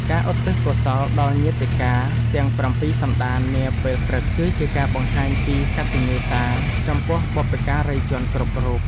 ការឧទ្ទិសកុសលដល់ញាតិការទាំងប្រាំពីរសន្តាននាពេលព្រឹក គឺជាការបង្ហាញពីកតញ្ញូតាចំពោះបុព្វការីជនគ្រប់រូប។